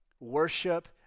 worship